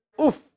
Oof